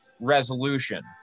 resolution